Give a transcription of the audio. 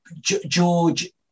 George